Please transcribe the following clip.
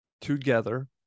together